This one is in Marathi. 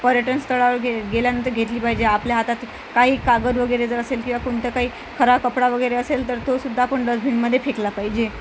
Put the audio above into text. पर्यटन स्थळावर गे गेल्यानंतर घेतली पाहिजे आपल्या हातात काही कागद वगैरे जर असेल किंवा कोणतं काही खराब कपडा वगैरे असेल तर तोसुद्धा आपण डस्टबिनमध्ये फेकला पाहिजे